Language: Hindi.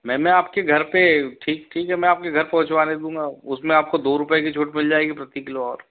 मैं मैं आपके घर पर ठीक ठीक है मैं आपके घर पहुँचवाने दूंगा उसमें आपको दो रुपये की छूट मिल जाएगी प्रति किलो और